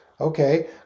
okay